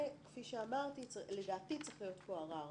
כפי שאמרתי, לדעתי צריך להיות כאן ערר.